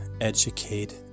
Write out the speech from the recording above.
educate